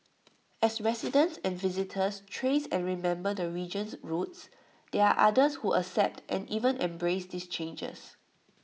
as residents and visitors trace and remember the region's roots there are others who accept and even embrace these changes